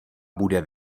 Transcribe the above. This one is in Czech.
bude